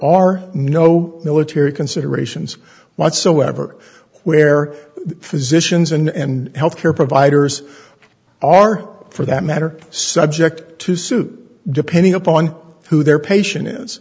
are no military considerations whatsoever where physicians and health care providers are for that matter subject to suit depending upon who their patient is